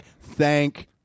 thank